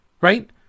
right